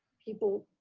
people